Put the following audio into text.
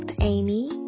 Amy